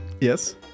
Yes